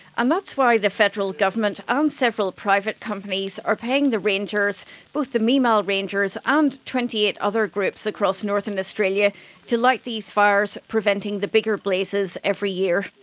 and that's why the federal government and several private companies are paying the rangers both the mimal rangers and twenty eight other groups across northern australia to light these fires, preventing the bigger blazes every year.